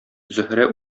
зөһрә